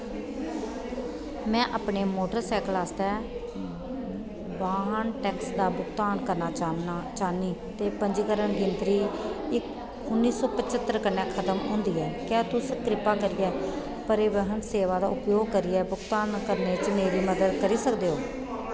में अपने मोटरसैकल आस्तै वाहन टैक्स दा भुगतान करना चाह्न्नां चाह्न्नीं ते पंजीकरण गिनतरी उ'न्नी सौ पचत्तर कन्नै खतम होंदी ऐ क्या तुस कृपा करियै परिवहन सेवा दा उपयोग करियै भुगतान करने च मेरी मदद करी सकदे ओ